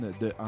de